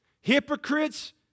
Hypocrites